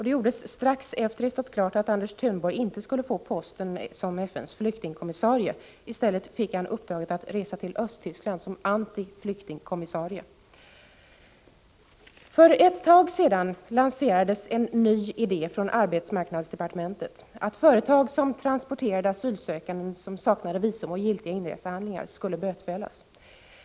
Det gjordes strax efter att det stått klart att Anders Thunborg inte skulle få posten som FN:s flyktingkommissarie. I stället fick han uppdraget att resa till Östtyskland som antiflyktingkommissarie. För ett tag sedan lanserades en ny idé från arbetsmarknadsdepartementet: att företag som transporterade asylsökande som saknade visum och giltiga inresehandlingar skulle bötfällas.